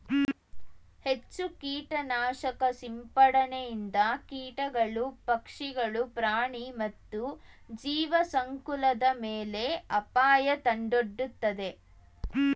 ಹೆಚ್ಚು ಕೀಟನಾಶಕ ಸಿಂಪಡಣೆಯಿಂದ ಕೀಟಗಳು, ಪಕ್ಷಿಗಳು, ಪ್ರಾಣಿ ಮತ್ತು ಜೀವಸಂಕುಲದ ಮೇಲೆ ಅಪಾಯ ತಂದೊಡ್ಡುತ್ತದೆ